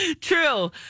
True